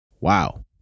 Wow